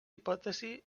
hipòtesi